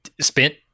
spent